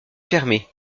fermée